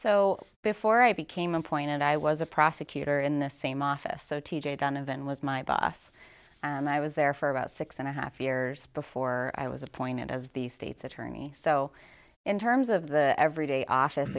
so before i became appointed i was a prosecutor in the same office so t j donovan was my boss and i was there for about six and a half years before i was appointed as the state's attorney so in terms of the everyday office